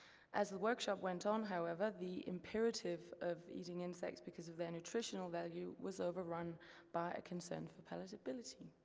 as the workshop went on, however, the imperative of eating insects because of their nutritional value was overrun by a concern for palatability,